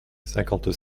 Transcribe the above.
cinquante